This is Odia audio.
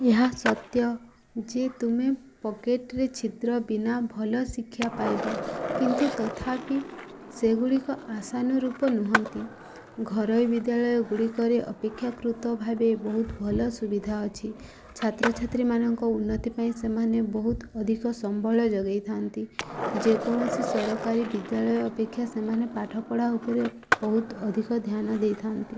ଏହା ସତ୍ୟ ଯେ ତୁମେ ପକେଟ୍ରେ ଛିଦ୍ର ବିନା ଭଲ ଶିକ୍ଷା ପାଇବ କିନ୍ତୁ ତଥାପି ସେଗୁଡ଼ିକ ଆଶାନୁରୂପ ନୁହନ୍ତି ଘରୋଇ ବିଦ୍ୟାଳୟଗୁଡ଼ିକରେ ଅପେକ୍ଷାକୃତ ଭାବେ ବହୁତ ଭଲ ସୁବିଧା ଅଛି ଛାତ୍ରଛାତ୍ରୀମାନଙ୍କ ଉନ୍ନତି ପାଇଁ ସେମାନେ ବହୁତ ଅଧିକ ସମ୍ବଳ ଯୋଗାଇଥାନ୍ତି ଯେ କୌଣସି ସରକାରୀ ବିଦ୍ୟାଳୟ ଅପେକ୍ଷା ସେମାନେ ପାଠପଢ଼ା ଉପରେ ବହୁତ ଅଧିକ ଧ୍ୟାନ ଦେଇଥାନ୍ତି